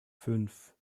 fünf